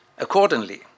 Accordingly